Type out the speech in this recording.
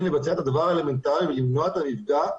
לבצע את הדבר האלמנטרי ולמנוע את המפגע,